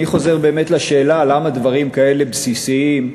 אני חוזר באמת לשאלה, למה דברים כאלה בסיסיים,